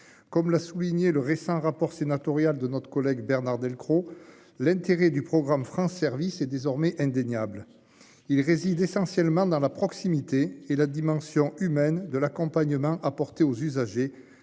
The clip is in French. Comme l'a souligné le récent rapport sénatorial de notre collègue Bernard Delcros. L'intérêt du programme France service est désormais indéniable, il réside essentiellement dans la proximité et la dimension humaine de l'accompagnement apporté aux usagers